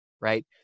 right